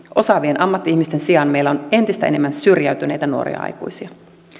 osaavien ammatti ihmisten sijaan meillä on entistä enemmän syrjäytyneitä nuoria aikuisia